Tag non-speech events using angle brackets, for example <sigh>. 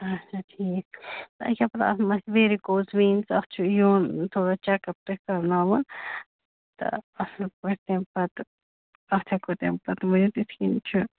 اچھا ٹھیٖک <unintelligible> چھِ ویریٖکوس وینٕز اَتھ چھِ یُن تھوڑا چَکَپ تۄہہِ کَرناوُن تہٕ اَصٕل پٲٹھۍ تَمہِ پَتہٕ اَتھ ہٮ۪کو تَمہِ پَتہٕ ؤنِتھ اِتھ کَنۍ چھُ